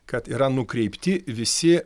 kad yra nukreipti visi